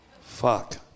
Fuck